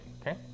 Okay